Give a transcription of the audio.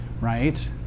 right